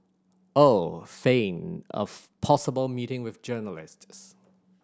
or feign of possible meeting with journalists